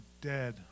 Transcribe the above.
dead